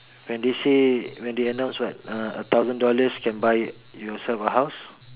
when they say when they announced what uh a thousand dollars can buy yourself a house